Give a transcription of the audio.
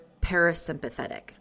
parasympathetic